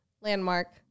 landmark